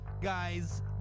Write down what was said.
guys